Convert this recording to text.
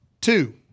Two